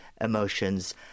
emotions